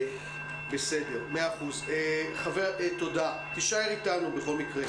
תודה, אדוני היושב-ראש.